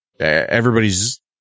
Everybody's